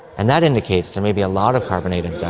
and that indicates there may be a lot of carbonate and